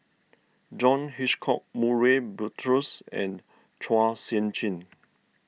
John Hitchcock Murray Buttrose and Chua Sian Chin